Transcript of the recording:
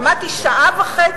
עמדתי בתור בבית-מרקחת שעה וחצי.